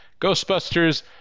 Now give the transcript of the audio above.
Ghostbusters